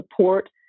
support